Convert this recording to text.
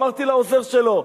אמרתי לעוזר שלו: